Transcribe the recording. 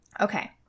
Okay